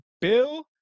Bill